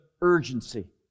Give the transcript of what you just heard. urgency